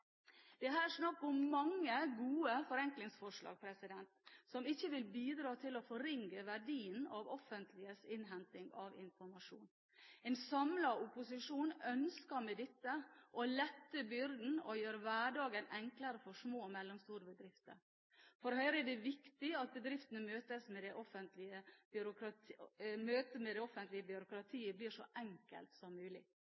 Det er her snakk om mange gode forenklingsforslag som ikke vil bidra til å forringe verdien av det offentliges innhenting av informasjon. En samlet opposisjon ønsker med dette å lette byrden og gjøre hverdagen enklere for små og mellomstore bedrifter. For Høyre er det viktig at bedriftenes møte med det offentlige